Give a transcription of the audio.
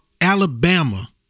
Alabama